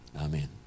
amen